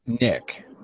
Nick